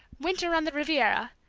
winter on the riviera,